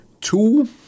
Two